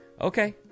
Okay